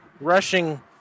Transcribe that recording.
rushing